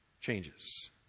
changes